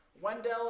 Wendell